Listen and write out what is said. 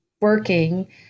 working